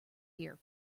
here